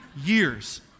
years